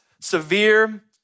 severe